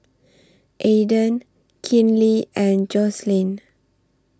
Aedan Kinley and Jocelyne